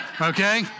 okay